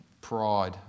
pride